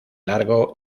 largo